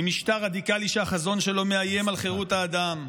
ממשטר רדיקלי שהחזון שלו מאיים על חירות האדם,